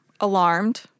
alarmed